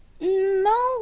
No